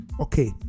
okay